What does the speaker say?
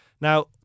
Now